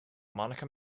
monica